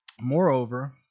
Moreover